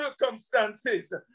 circumstances